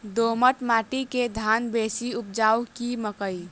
दोमट माटि मे धान बेसी उपजाउ की मकई?